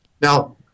Now